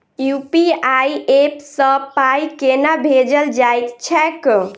UPI app सँ पाई केना भेजल जाइत छैक?